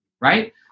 right